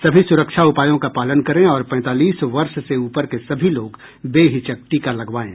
सभी सुरक्षा उपायों का पालन करें और पैंतालीस वर्ष से ऊपर के सभी लोग बेहिचक टीका लगवाएं